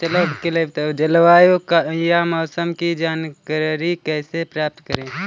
जलवायु या मौसम की जानकारी कैसे प्राप्त करें?